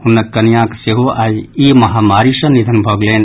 हुनका कनियाक सेहो आई ई महामारी सँ निधन भऽ गेलनि